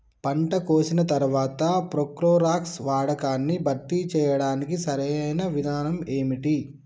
పంట కోసిన తర్వాత ప్రోక్లోరాక్స్ వాడకాన్ని భర్తీ చేయడానికి సరియైన విధానం ఏమిటి?